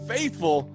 Faithful